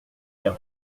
bien